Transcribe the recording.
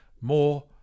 more